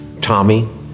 Tommy